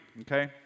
okay